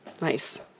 Nice